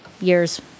years